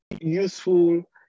useful